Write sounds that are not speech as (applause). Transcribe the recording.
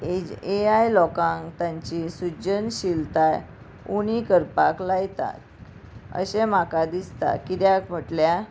(unintelligible) ए आय लोकांक तांची सृजनशिलताय उणी करपाक लायता अशें म्हाका दिसता कित्याक म्हटल्या